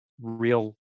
real